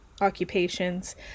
occupations